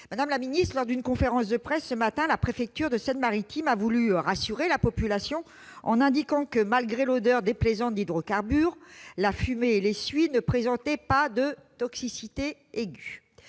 ce matin, au cours d'une conférence de presse, la préfecture de Seine-Maritime a voulu rassurer la population en indiquant que, malgré une odeur déplaisante d'hydrocarbures, la fumée et les suies ne présentaient « pas de toxicité aiguë